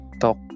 talk